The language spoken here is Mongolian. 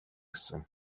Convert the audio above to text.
гэсэн